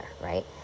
right